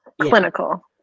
clinical